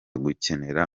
gukenera